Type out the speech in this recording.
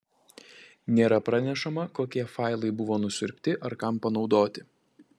nėra pranešama kokie failai buvo nusiurbti ar kam panaudoti